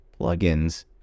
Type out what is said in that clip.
plugins